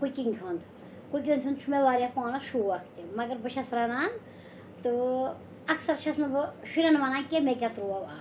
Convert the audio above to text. cooking ہُنٛد cooking ہُنٛد چھُ مےٚ واریاہ پانَس شوق تہِ مگر بہٕ چھَس رَنان تہٕ اَکثَر چھَس نہٕ بہٕ شُرٮ۪ن وَنان کیٚنٛہہ مےٚ کیٛاہ ترٛوو اَتھ